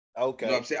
Okay